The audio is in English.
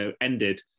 ended